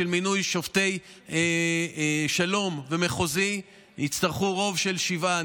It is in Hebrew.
בדרגים של מינוי שופטי שלום ומחוזי יצטרכו רוב של שבעה.